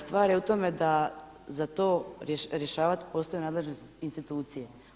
Stvar je u tome da za to rješavati postoje nadležne institucije.